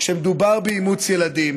כשמדובר באימוץ ילדים,